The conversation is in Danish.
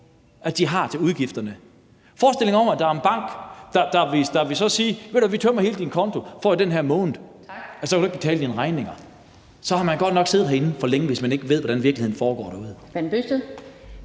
at de har til udgifterne. Tænk at forestille sig, at der er en bank, der så vil sige: Ved du hvad, vi tømmer hele din konto den her måned, og så kan du ikke betale dine regninger. Så har man godt nok siddet herinde for længe, hvis man ikke ved, hvordan det foregår i